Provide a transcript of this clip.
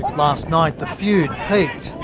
last night the feud peaked.